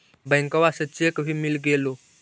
बैंकवा से चेक भी मिलगेलो?